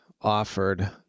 offered